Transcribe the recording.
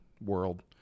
world